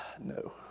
No